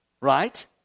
Right